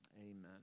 Amen